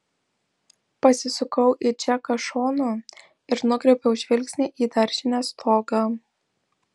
pasisukau į džeką šonu ir nukreipiau žvilgsnį į daržinės stogą